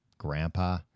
grandpa